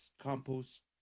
compost